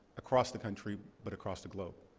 across the country, but across the globe.